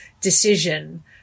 decision